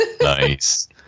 Nice